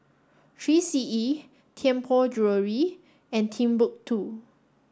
Three C E Tianpo Jewellery and Timbuk Two